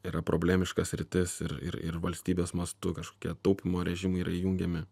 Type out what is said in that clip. yra problemiška sritis ir ir ir valstybės mastu kažkokie taupymo režimai yra įjungiami